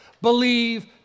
Believe